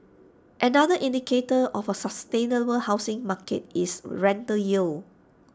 another indicator of A sustainable housing market is rental yield